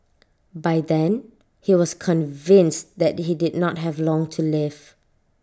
by then he was convinced that he did not have long to live